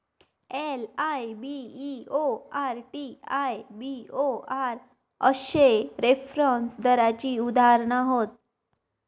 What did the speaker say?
LIBOR, T I B O R अश्ये reference दराची उदाहरणा हत